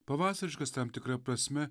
pavasariškas tam tikra prasme